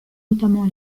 notamment